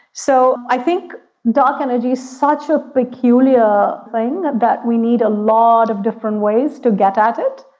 so i think dark energy is such a peculiar thing that we need a lot of different ways to get at it.